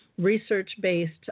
research-based